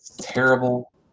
terrible